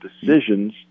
decisions